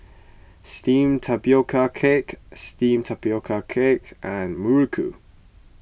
Steamed Tapioca Cake Steamed Tapioca Cake and Muruku